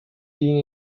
being